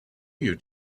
you